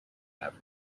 africa